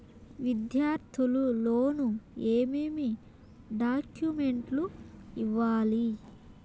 విద్యార్థులు లోను ఏమేమి డాక్యుమెంట్లు ఇవ్వాలి?